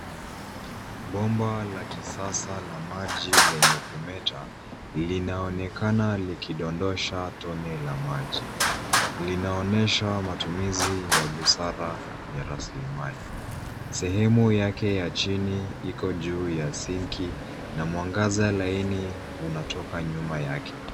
Bomba la kisasa la maji lenye kumeta, linaonekana likidondosha tone la maji. Linaonyesha matumizi ya busara ya rasilimali. Sehemu yake ya chini iko juu ya sinki na mwangaza laini unatoka nyuma yake.